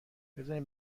بذارین